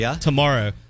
tomorrow